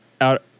Out